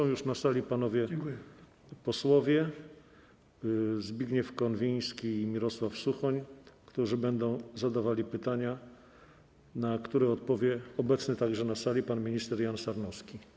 Są już na sali panowie posłowie Zbigniew Konwiński i Mirosław Suchoń, którzy będą zadawali pytania, na które odpowie obecny także na sali pan minister Jan Sarnowski.